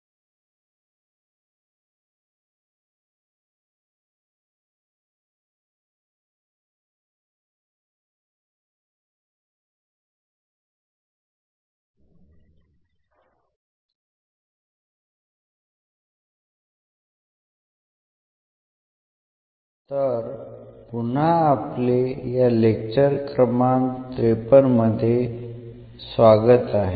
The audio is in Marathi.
तर पुन्हा आपले या लेक्चर क्रमांक 53 मध्ये आपले स्वागत आहे